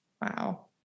Wow